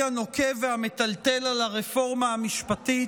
הנוקב והמטלטל על הרפורמה המשפטית.